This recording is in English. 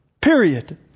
Period